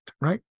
right